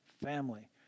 family